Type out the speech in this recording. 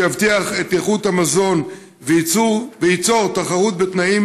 שיבטיח את איכות המזון וייצור תחרות בתנאים